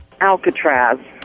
Alcatraz